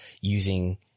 using